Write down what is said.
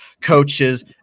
coaches